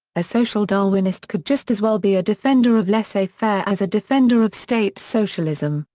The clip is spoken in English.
a social darwinist could just as well be a defender of laissez-faire as a defender of state socialism,